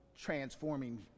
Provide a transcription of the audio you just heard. transforming